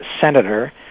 senator